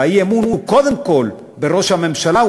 והאי-אמון הוא קודם כול בראש הממשלה,